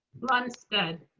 lunstead.